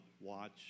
Watch